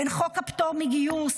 בין חוק הפטור מגיוס,